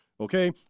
okay